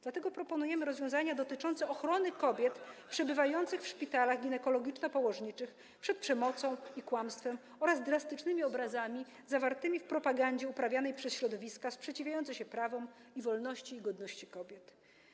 Dlatego proponujemy rozwiązanie dotyczące ochrony kobiet przebywających w szpitalach ginekologiczno-położniczych przed przemocą i kłamstwem oraz drastycznymi obrazami zawartymi w propagandzie uprawianej przez środowiska sprzeciwiające się prawom, wolności i godności kobiet.